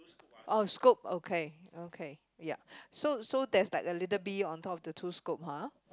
oh scoop okay okay ya so so there is like a little bee on top of the two scoop [huh]